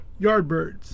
Yardbirds